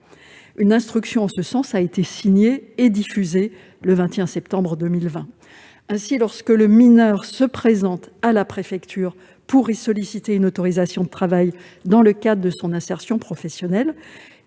Une instruction en ce sens a été signée et diffusée le 21 septembre 2020. Ainsi, lorsque le mineur se présente à la préfecture pour y solliciter une autorisation de travail dans le cadre de son insertion professionnelle,